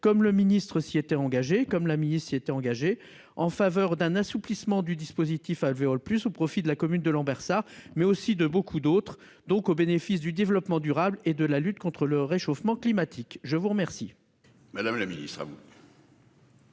comme le ministre s'y était engagé comme la ministre qui était engagé en faveur d'un assouplissement du dispositif alvéoles plus au profit de la commune de Lambersart mais aussi de beaucoup d'autres donc au bénéfice du développement durable et de la lutte contre le réchauffement climatique. Je vous remercie, madame la Ministre.-- Merci